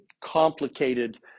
complicated